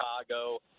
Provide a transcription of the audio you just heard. Chicago